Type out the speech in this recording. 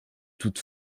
toute